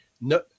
no